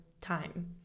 time